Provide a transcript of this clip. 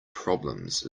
problems